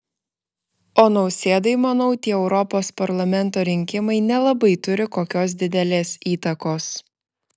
o nausėdai manau tie europos parlamento rinkimai nelabai turi kokios didelės įtakos